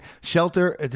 Shelter